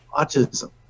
autism